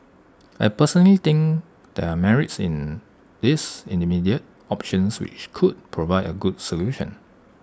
I personally think there are merits in these intermediate options which could provide A good solution